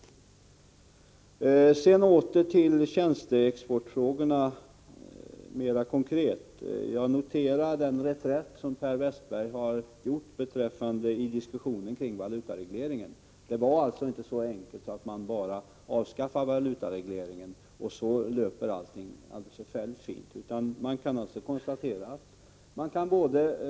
Därefter vill jag nämna något mer konkret om tjänsteexporten. Jag noterar den reträtt som Per Westerberg har gjort beträffande diskussionen kring valutaregleringen. Det var alltså inte så enkelt som att ett avskaffande av valutaregleringen skulle leda till att allt skulle löpa alldeles förfärligt fint.